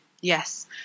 Yes